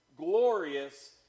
glorious